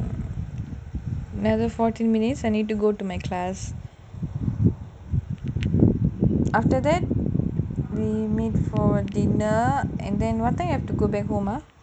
another fourteen minutes I need to go to my class after that we meet for dinner and then what time you have to go back home ah